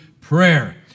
prayer